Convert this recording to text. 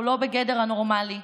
הוא לא בגדר הנורמלי,